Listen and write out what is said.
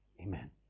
amen